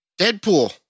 Deadpool